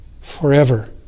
forever